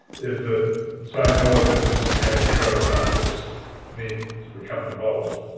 is that psychologists and neuroscientists need to become involved,